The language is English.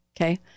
Okay